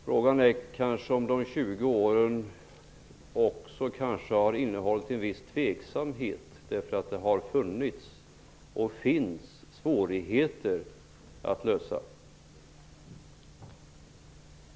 Frågan är om inte de 20 åren kanske också har innehållit en viss tveksamhet på grund av att det har funnits och finns svårigheter att lösa.